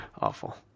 Awful